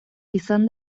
izan